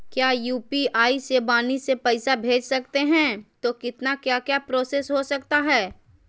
क्या यू.पी.आई से वाणी से पैसा भेज सकते हैं तो कितना क्या क्या प्रोसेस हो सकता है?